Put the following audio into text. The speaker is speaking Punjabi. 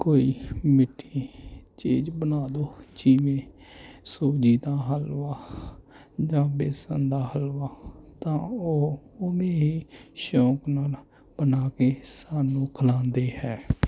ਕੋਈ ਮਿੱਠੀ ਚੀਜ਼ ਬਣਾ ਦੋ ਜਿਵੇਂ ਸੂਜੀ ਦਾ ਹਲਵਾ ਜਾਂ ਬੇਸਣ ਦਾ ਹਲਵਾ ਤਾਂ ਉਹ ਉਵੇਂ ਹੀ ਸ਼ੌਂਕ ਨਾਲ਼ ਬਣਾ ਕੇ ਸਾਨੂੰ ਖਲਾਉਂਦੇ ਹੈ